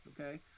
okay